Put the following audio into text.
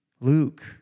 Luke